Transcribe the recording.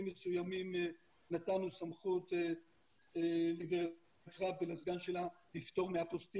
מסוימים נתנו סמכות לגב' סטלה ראפ ולסגן שלה לפטור מאפוסטיל